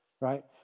right